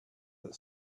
that